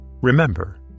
Remember